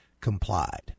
complied